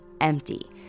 empty